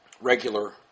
regular